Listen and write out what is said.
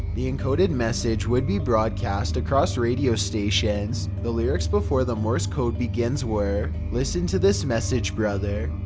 the encoded message would be broadcast across radio stations. the lyrics before the morse code begins were, listen to this message, brother.